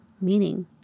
meaning